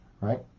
right